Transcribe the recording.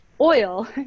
oil